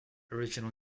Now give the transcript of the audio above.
original